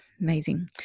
Amazing